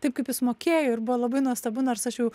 taip kaip jis mokėjo ir buvo labai nuostabu nors aš jau